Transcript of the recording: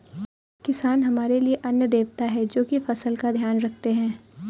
किसान हमारे लिए अन्न देवता है, जो की फसल का ध्यान रखते है